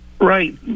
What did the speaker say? Right